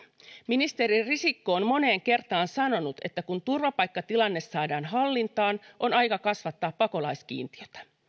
ministeri risikko on moneen kertaan sanonut että kun turvapaikkatilanne saadaan hallintaan on aika kasvattaa pakolaiskiintiötä